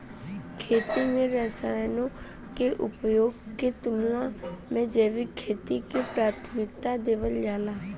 खेती में रसायनों के उपयोग के तुलना में जैविक खेती के प्राथमिकता देवल जाला